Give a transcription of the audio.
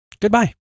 Goodbye